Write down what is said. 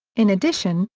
in addition,